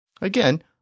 Again